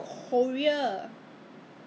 so 你是讲那个 Jewel 是这样子的 ah